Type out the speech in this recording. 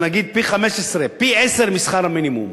נגיד פי-15, פי-10 משכר המינימום,